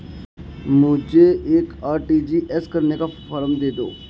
मुझे एक आर.टी.जी.एस करने का फारम दे दो?